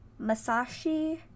Masashi